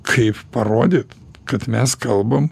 kaip parodyt kad mes kalbam